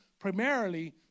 primarily